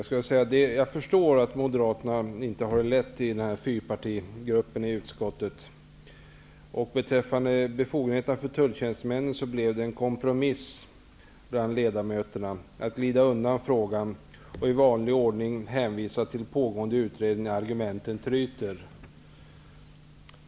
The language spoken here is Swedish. Herr talman! Jag förstår att Moderaterna inte har det lätt i den här fyrpartigruppen i utskottet. Det blev en kompromiss när det gäller befogenheterna för tulltjänstemän. Sättet att glida undan frågan och i vanlig ordning hänvisa till pågående utredningar när argumenten tryter är bara att beklaga.